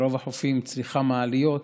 ברוב החופים היא צריכה מעליות.